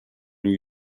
new